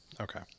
Okay